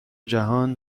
جهان